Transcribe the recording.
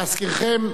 להזכירכם,